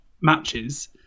matches